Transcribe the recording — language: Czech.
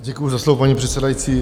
Děkuju za slovo, paní předsedající.